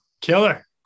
Killer